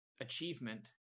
achievement